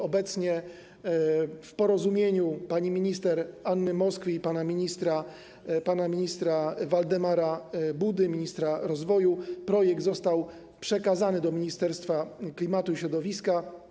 Obecnie, w wyniku porozumienia pani minister Anny Moskwy i pana ministra Waldemara Budy, ministra rozwoju, projekt został przekazany do Ministerstwa Klimatu i Środowiska.